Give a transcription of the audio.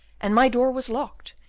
and my door was locked,